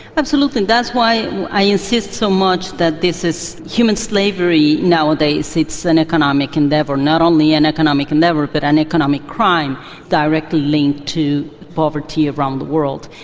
absolutely, that's why i insist so much that this is human slavery nowadays, it's an economic endeavour. not only an economic endeavour but an economic crime directly linked to poverty around the world.